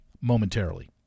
momentarily